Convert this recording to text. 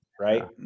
Right